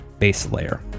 baselayer